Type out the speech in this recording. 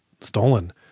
stolen